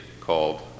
called